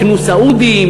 "יקנו סעודים,